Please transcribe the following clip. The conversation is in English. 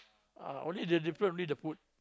ah only the different only the food